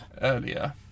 earlier